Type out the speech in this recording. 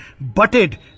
butted